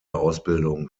ausbildung